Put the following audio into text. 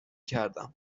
کردم